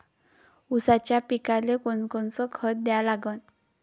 ऊसाच्या पिकाले कोनकोनचं खत द्या लागन?